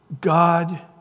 God